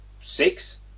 six